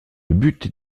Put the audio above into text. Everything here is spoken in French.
but